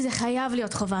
זה חייב להיות חובה,